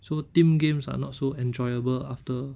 so team games are not so enjoyable after